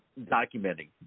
documenting